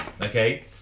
Okay